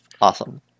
awesome